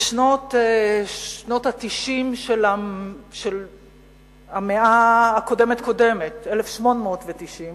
בשנות ה-90 של המאה הקודמת קודמת, 1890,